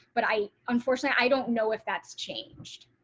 but i unfortunately i don't know if that's changed.